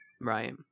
right